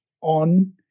on